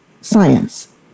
science